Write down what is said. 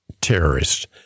terrorist